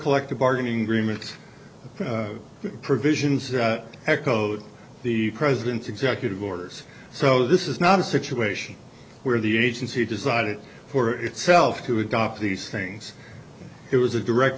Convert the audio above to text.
collective bargaining agreements provisions echoed the president's executive orders so this is not a situation where the agency designed it for itself to adopt these things it was a direct